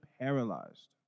paralyzed